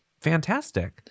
fantastic